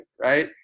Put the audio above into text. Right